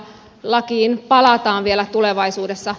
lakiin palataan vielä tulevaisuudessa